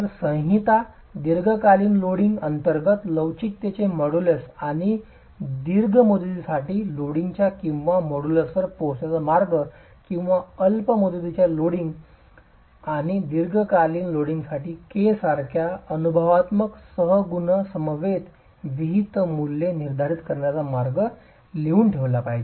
तर संहिता दीर्घकालीन लोडिंग अंतर्गत लवचिकतेचे मॉड्यूलस आणि दीर्घ मुदतीसाठी लोडिंगच्या किंवा मॉड्यूलसवर पोचण्याचा मार्ग किंवा अल्प मुदतीच्या लोडिंग आणि दीर्घकालीन लोडिंगसाठी k सारख्या अनुभवात्मक सहगुणसमवेत विहित मूल्ये निर्धारित करण्याचा मार्ग लिहून ठेवला पाहिजे